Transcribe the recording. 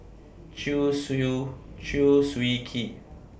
Chew Chew Swee Kee